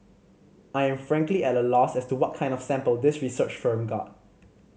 I am frankly at a loss as to what kind of sample this research firm got